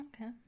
Okay